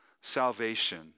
salvation